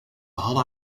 hadden